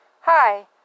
Hi